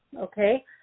okay